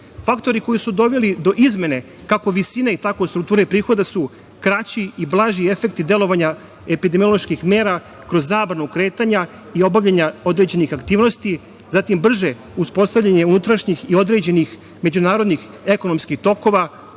Faktori koji su doveli do izmene kako visine, tako i strukture prihoda su kraći i blaži efekti delovanja epidemiloških mera kroz zabranu kretanja i obavljanja određenih aktivnosti, zatim brže uspostavljanje unutrašnjih i određenih međunarodnih ekonomskih tokova,